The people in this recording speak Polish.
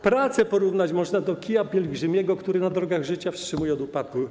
Pracę znowu porównać można do kija pielgrzymiego, który na drogach życia wstrzymuje od upadku.